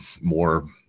more